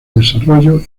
desarrollo